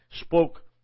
spoke